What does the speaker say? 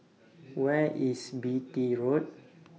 Where IS Beatty Road